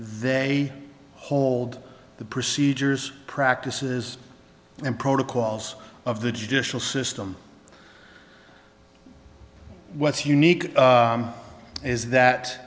they hold the procedures practices and protocols of the judicial system what's unique is that